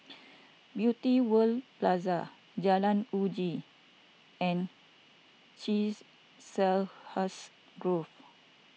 Beauty World Plaza Jalan Uji and Grove